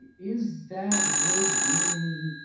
is that really being